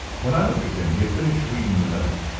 when i looked at him he had finished reading the note,